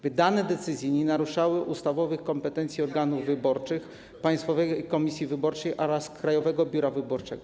Wydane decyzje nie naruszały ustawowych kompetencji organów wyborczych: Państwowej Komisji Wyborczej oraz Krajowego Biura Wyborczego.